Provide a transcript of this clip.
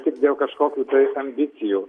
tik dėl kažkokių tais ambicijų